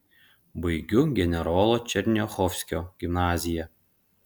baigiu generolo černiachovskio gimnaziją